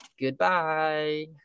Goodbye